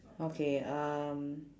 okay um